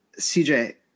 CJ